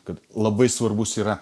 kad labai svarbus yra